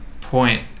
point